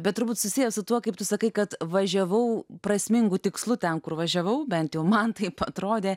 bet turbūt susiję su tuo kaip tu sakai kad važiavau prasmingu tikslu ten kur važiavau bent jau man taip atrodė